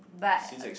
but